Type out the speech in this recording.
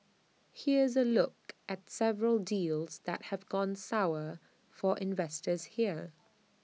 here's A look at several deals that have gone sour for investors here